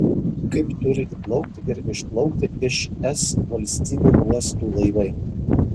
kaip turi įplaukti ir išplaukti iš es valstybių uostų laivai